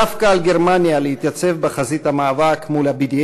דווקא על גרמניה להתייצב בחזית המאבק מול ה-BDS